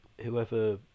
whoever